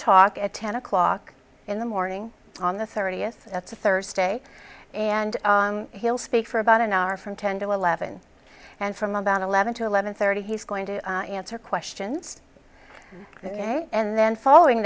talk at ten o'clock in the morning on the thirtieth that's a thursday and he'll speak for about an hour from ten to eleven and from about eleven to eleven thirty he's going to answer questions and then following